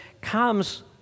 comes